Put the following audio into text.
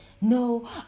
No